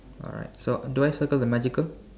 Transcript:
alright so do I circle the magical